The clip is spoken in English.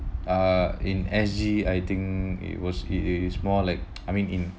uh in S_G I think it was it is more like I mean in